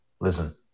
listen